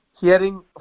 hearing